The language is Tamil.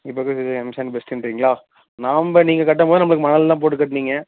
இப்போ இருக்குறதுக்கு எம்சாண்ட் பெஸ்ட்டுன்றீங்களா நம்ப நீங்கள் கட்டும்போது நம்பளுக்கு மணல்லாம் போட்டு கட்டுனீங்க